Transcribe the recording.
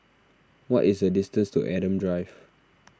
what is the distance to Adam Drive